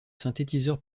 synthétiseur